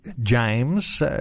James